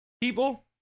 people